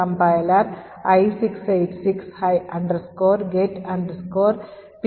compiler i686 get pc thunk